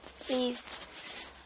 please